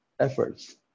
efforts